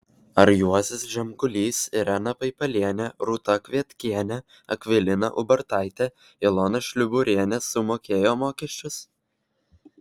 ar juozas žemgulys irena paipalienė rūta kvietkienė akvilina ubartaitė ilona šliuburienė sumokėjo mokesčius